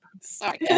Sorry